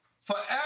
Forever